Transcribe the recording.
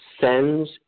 sends